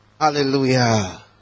Hallelujah